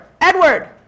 Edward